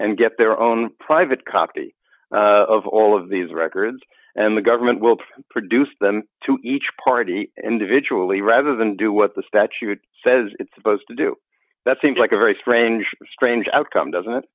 and get their own private copy of all of these records and the government will produce them to each party individually rather than do what the statute says it's supposed to do that seems like a very strange strange outcome doesn't it